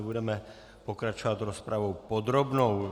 Budeme pokračovat rozpravou podrobnou.